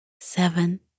Seven